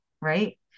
right